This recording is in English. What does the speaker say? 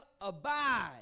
abide